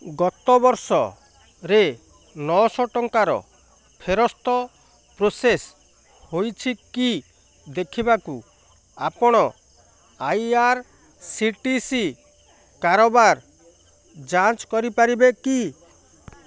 ଗତ ବର୍ଷରେ ନଅହ ଟଙ୍କାର ଫେରସ୍ତ ପ୍ରୋସେସ୍ ହୋଇଛିକି ଦେଖିବାକୁ ଆପଣ I R C T C କାରବାର ଯାଞ୍ଚ କରିପାରିବେ କି